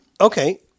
okay